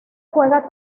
juega